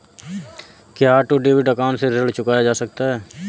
क्या auto debit account से ऋण चुकाया जा सकता है?